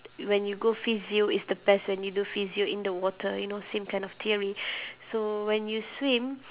when you go physio it's the best when you do physio in the water you know same kind of theory so when you swim